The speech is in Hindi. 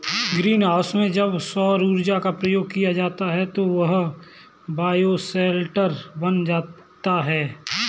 ग्रीन हाउस में जब सौर ऊर्जा का प्रयोग किया जाता है तो वह बायोशेल्टर बन जाता है